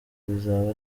bizaba